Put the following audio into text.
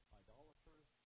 idolaters